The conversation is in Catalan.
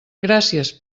gràcies